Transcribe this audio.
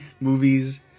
movies